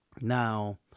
Now